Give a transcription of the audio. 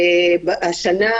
השנה,